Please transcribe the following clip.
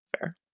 fair